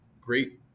great